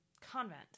convent